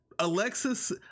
Alexis